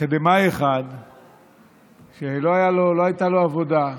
שלא הייתה לו עבודה,